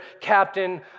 captain